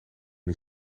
die